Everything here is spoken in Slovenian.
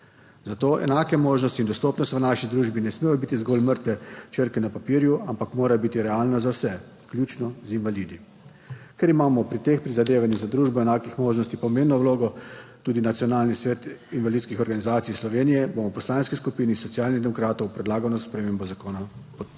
zato enake možnosti in dostopnost v naši družbi ne smejo biti zgolj mrtve črke na papirju, ampak morajo biti realne za vse, vključno z invalidi. Ker ima pri teh prizadevanjih za družbo enakih možnosti pomembno vlogo tudi Nacionalni svet invalidskih organizacij Slovenije, bomo v Poslanski skupini Socialnih demokratov predlagano spremembo zakona podprli.